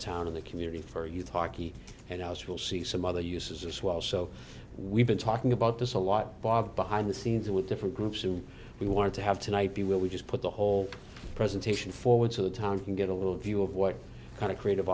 town in the community for youth hockey and house will see some other uses as well so we've been talking about this a lot bob behind the scenes with different groups and we wanted to have tonight be where we just put the whole presentation forward so the time can get a little view of what kind of creative